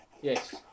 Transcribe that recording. Yes